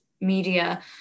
media